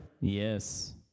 Yes